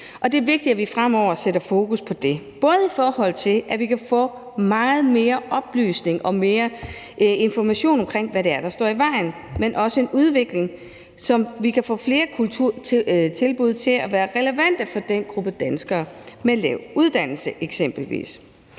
det er vigtigt, at vi fremover sætter fokus på det, både i forhold til at vi kan få meget mere oplysning og mere information omkring, hvad det er, der står i vejen, men også i forhold til at få gang i en udvikling, så vi eksempelvis kan få flere kulturtilbud til at være relevante for den gruppe danskere med lav uddannelse. Visionen